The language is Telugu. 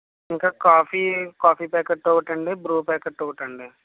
ఇంకా కాఫీ కాఫీ ప్యాకెట్ ఒకటండి బ్రూ ప్యాకెట్ ఒకటండి